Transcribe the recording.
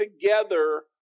together